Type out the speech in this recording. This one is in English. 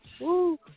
Woo